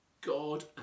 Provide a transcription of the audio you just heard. God